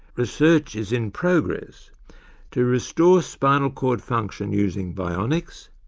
research is in progress to restore spinal cord function using bionics,